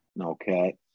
okay